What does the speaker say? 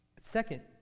Second